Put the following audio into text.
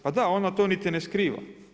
Pa da, ona to niti ne skriva.